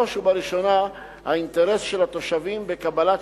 בראש ובראשונה האינטרס של התושבים בקבלת